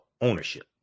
ownership